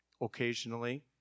occasionally